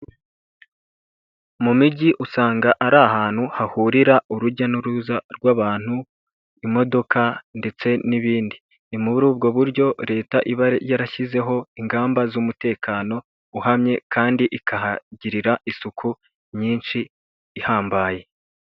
Mu mijyi usanga ari ahantu hahurira urujya n'uruza rw'abantu, imodoka ndetse n'ibindi, ni muri ubwo buryo leta iba yarashyizeho ingamba z'umutekano uhamye kandi ikahagirira isuku nyinshi, ihambaye.